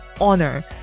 honor